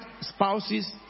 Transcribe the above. spouses